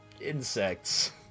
insects